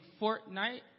Fortnite